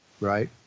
Right